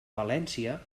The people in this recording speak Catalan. valència